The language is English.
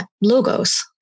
logos